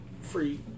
free